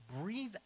breathe